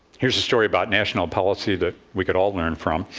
here's a story about national policy that we could all learn from.